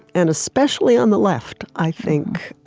and especially on the left, i think,